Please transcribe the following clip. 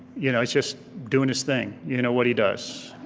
you know just doing his thing. you know what he does.